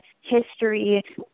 history